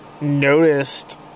Noticed